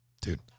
Dude